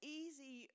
easy